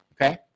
okay